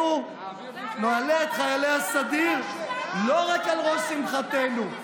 אנחנו נעלה את חיילי הסדיר לא רק על ראש שמחתנו,